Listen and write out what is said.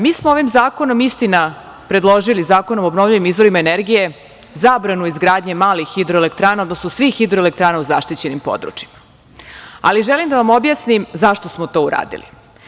Mi smo ovim zakonom, istina, predložili, Zakonom o obnovljivim izvorima energije, zabranu izgradnje malih hidroelektrana, odnosno svih hidroelektrana u zaštićenim područjima, ali želim da vam objasnim zašto smo to uradili.